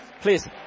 please